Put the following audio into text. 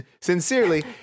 Sincerely